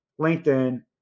linkedin